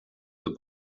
the